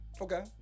Okay